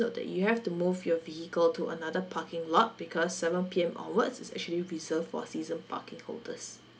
note that you have to move your vehicle to another parking lot because seven P_M onwards is actually reserved for season parking holders